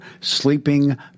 sleeping